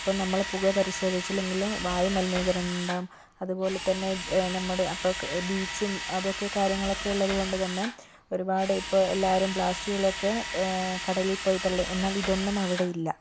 ഇപ്പം നമ്മൾ പുക പരിശോധിച്ചില്ലെങ്കിൽ വായുമലിനീകരണമുണ്ടാകും അതുപോലെതന്നെ നമ്മൾ അപ്പോക് ബീച്ചും അതൊക്കെ കാര്യങ്ങളൊക്കെയുള്ളത് കൊണ്ട് തന്നെ ഒരുപാട് ഇപ്പോൾ എല്ലാവരും പ്ലാസ്റ്റിക്കുകളൊക്കെ കടലിൽ പോയി തളളും എന്നാൽ ഇതൊന്നും അവിടെയില്ല